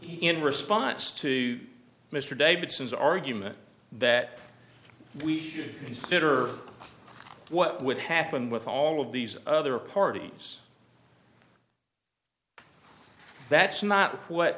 in response to mr davidson's argument that we should consider what would happen with all of these other parties that's not what